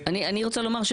אני רוצה לומר,